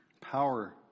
Power